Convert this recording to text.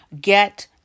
Get